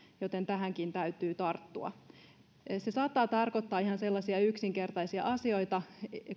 joten tähänkin täytyy tarttua se saattaa tarkoittaa ihan sellaisia yksinkertaisia asioita